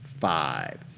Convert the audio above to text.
five